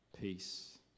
peace